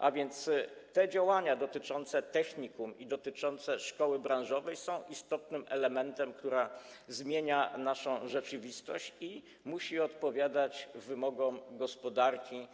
Tak więc działania dotyczące technikum i szkoły branżowej są istotnym elementem, który zmienia naszą rzeczywistość i musi odpowiadać wymogom gospodarki,